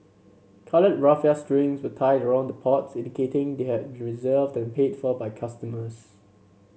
coloured raffia strings were tied around the pots indicating they had reserved and paid for by customers